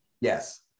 yes